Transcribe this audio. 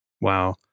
Wow